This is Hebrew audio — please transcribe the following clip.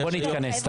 בוא נתכנס.